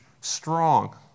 strong